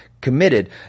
committed